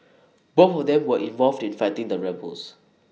both of them were involved in fighting the rebels